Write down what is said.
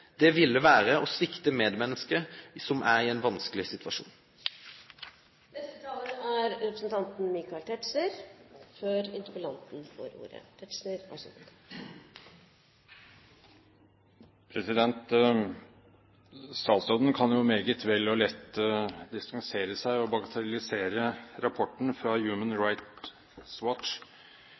Det ville vere å svikte medmenneske som er i ein vanskeleg situasjon. Statsråden kan jo meget vel og lett distansere seg fra og bagatellisere rapporten fra Human Rights